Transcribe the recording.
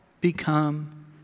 become